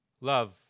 love